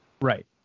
Right